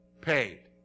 Paid